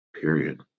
period